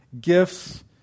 gifts